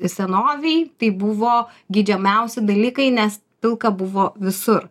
senovėj tai buvo geidžiamiausi dalykai nes pilka buvo visur